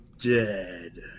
dead